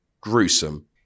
gruesome